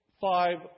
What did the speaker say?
five